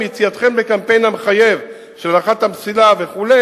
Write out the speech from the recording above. עם יציאתכם בקמפיין המחייב של הארכת המסילה וכו',